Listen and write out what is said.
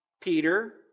Peter